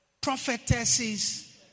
prophetesses